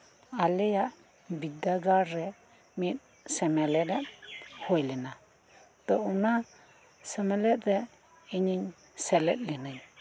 ᱟᱞᱮᱭᱟᱜ ᱵᱤᱨᱫᱟᱹᱜᱟᱲ ᱨᱮ ᱢᱤᱫ ᱥᱮᱢᱞᱮᱫ ᱦᱩᱭᱞᱮᱱᱟ ᱛᱚ ᱚᱱᱟ ᱥᱮᱢᱮᱞᱮᱫ ᱨᱮ